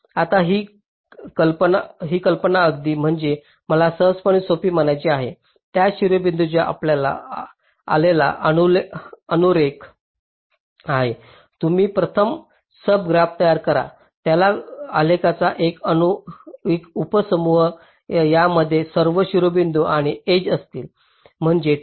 आता ही कल्पना अगदी म्हणजे मला सहजपणे सोपी म्हणायची आहे ज्या शिरोबिंदूचा आपल्याला आलेला अनुरेख आहे तुम्ही प्रथम सब ग्राफ तयार करा त्या आलेखाचा एक उपसमूह ज्यामध्ये सर्व शिरोबिंदू आणि काही एज असतील म्हणजे ट्री